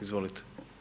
Izvolite.